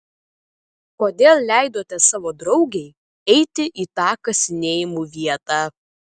kodėl leidote savo draugei eiti į tą kasinėjimų vietą